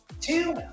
two